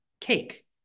cake